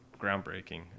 groundbreaking